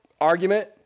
argument